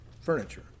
furniture